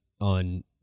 on